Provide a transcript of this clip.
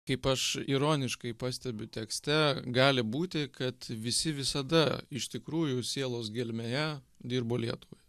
kaip aš ironiškai pastebiu tekste gali būti kad visi visada iš tikrųjų sielos gelmėje dirbo lietuvai